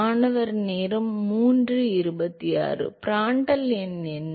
மாணவர் பிராண்டல் எண் என்ன